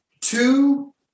two